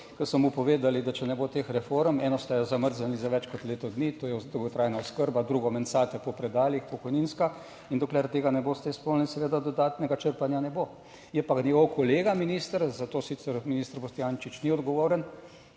ki so mu povedali, da če ne bo teh reform, eno ste zamrznili za več kot leto dni, to je dolgotrajna oskrba, drugo mencate po predalih, pokojninska in dokler tega ne boste izpolnili, seveda dodatnega črpanja ne bo. Je pa njegov kolega minister, za to sicer minister Boštjančič ni odgovoren,